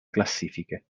classifiche